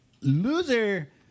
loser